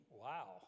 wow